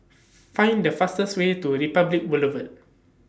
Find The fastest Way to Republic Boulevard